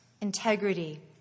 integrity